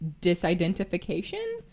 disidentification